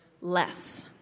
less